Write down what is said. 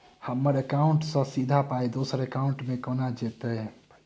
हम्मर एकाउन्ट सँ सीधा पाई दोसर एकाउंट मे केना जेतय?